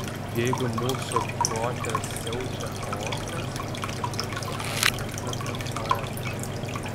jeigu mūsų prote siaučia chaosas ir mūsų aplinka taps chaotiška